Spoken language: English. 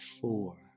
four